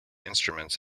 instruments